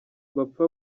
bapfa